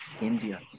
India